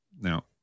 Now